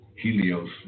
helios